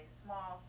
small